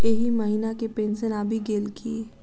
एहि महीना केँ पेंशन आबि गेल की